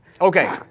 Okay